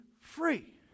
free